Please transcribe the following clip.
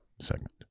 segment